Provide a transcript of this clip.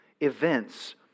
events